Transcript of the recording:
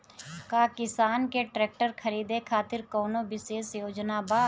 का किसान के ट्रैक्टर खरीदें खातिर कउनों विशेष योजना बा?